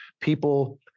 people